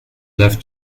left